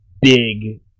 big